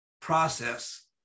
process